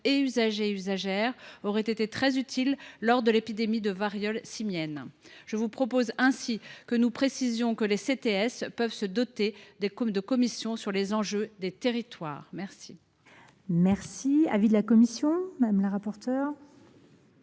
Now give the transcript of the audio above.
usagères et usagers, auraient été très utiles lors de l’épidémie de variole simienne. Je vous propose ainsi de préciser que les CTS peuvent se doter de commissions sur les enjeux des territoires. Quel